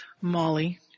Molly